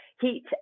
heat